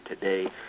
today